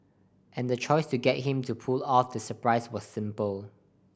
and the choice to get him to pull off the surprise was simple